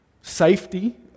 safety